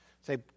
Say